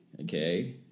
okay